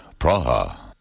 Praha